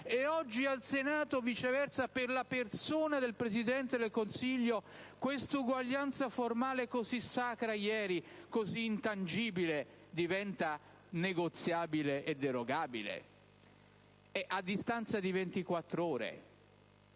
e oggi al Senato, viceversa, per la persona del Presidente del Consiglio, quella uguaglianza formale ieri così sacra e intangibile diventa negoziabile e derogabile, a distanza di